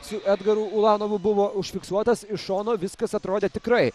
su edgaru ulanovu buvo užfiksuotas iš šono viskas atrodė tikrai